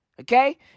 Okay